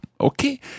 Okay